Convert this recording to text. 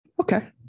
okay